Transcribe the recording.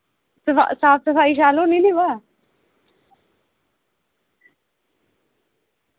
साफ सफाई शैल होनी ना बा